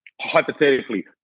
hypothetically